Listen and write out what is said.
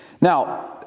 Now